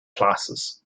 classes